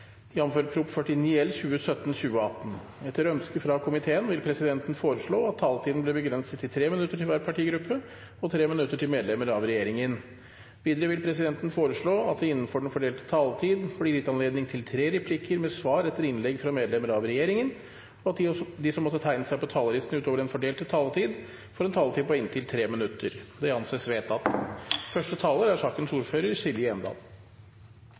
vil presidenten foreslå at taletiden blir begrenset til tre minutter til hver partigruppe og tre minutter til medlemmer av regjeringen. Videre vil presidenten foreslå at det blir gitt anledning til tre replikker med svar etter innlegg fra medlemmer av regjeringen innenfor den fordelte taletid, og at de som måtte tegne seg på talerlisten utover den fordelte taletid, får en taletid på inntil 3 minutter. – Det anses vedtatt.